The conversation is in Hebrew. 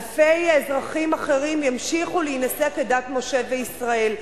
אלפי אזרחים אחרים ימשיכו להינשא כדת משה וישראל,